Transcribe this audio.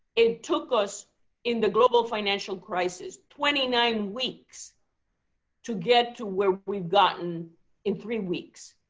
it took us in the global financial crisis twenty nine weeks to get to where we've gotten in three weeks.